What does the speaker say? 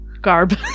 Garb